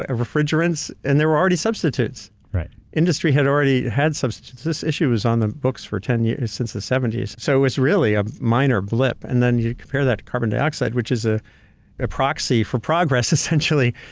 ah a refrigerant, and there were already substitutes. industry had already had substitutes. this issue was on the books for ten years since the seventy s. so it was really a minor blip. and then you compare that to carbon dioxide, which is ah a proxy for progress, essentially.